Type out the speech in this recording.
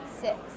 Six